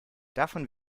davon